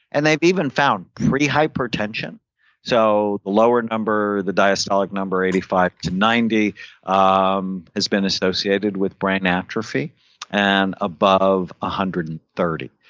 and they've even found pre-hypertension. so the lower number, the diastolic number eighty five to ninety um has been associated with brain atrophy and above one ah hundred and thirty.